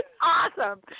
awesome